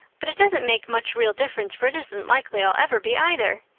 but it doesn't make much real difference for it isn't likely i'll ever be either.